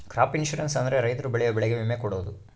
crop insurance ಅಂದ್ರೆ ರೈತರು ಬೆಳೆಯೋ ಬೆಳೆಗೆ ವಿಮೆ ಕೊಡೋದು